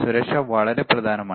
സുരക്ഷ വളരെ പ്രധാനമാണ്